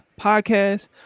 podcast